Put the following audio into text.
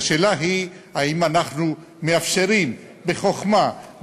והשאלה היא אם אנחנו מאפשרים בחוכמה,